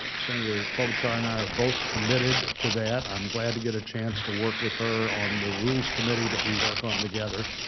senator klobuchar and i are both committed to that. i'm glad to get a chance to work with her on the rules committee that we work on together.